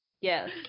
Yes